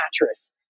mattress